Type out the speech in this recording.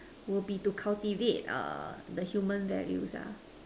will be to cultivate err the human values ah